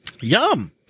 yum